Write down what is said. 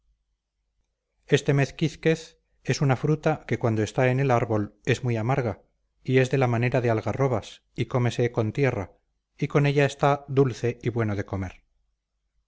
este mezquiquez es una fruta que cuando está en el árbol es muy amarga y es de la manera de algarrobas y cómese con tierra y con ella está dulce y bueno de comer